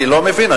אני לא מבין.